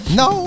no